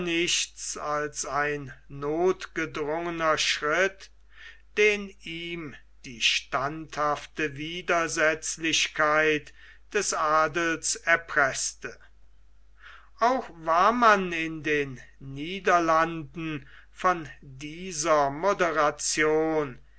nichts als ein nothgedrungener schritt den ihm die standhafte widersetzlichkeit des adels erpreßte auch war man in den niederlanden von dieser moderation